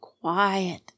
quiet